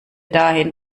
dahin